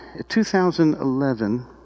2011